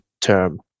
term